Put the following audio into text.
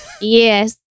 Yes